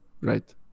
Right